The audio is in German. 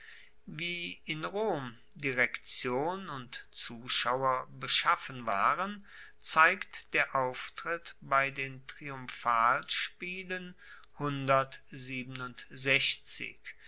wie in rom direktion und zuschauer beschaffen waren zeigt der auftritt bei den